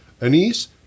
Anise